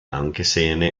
angesehene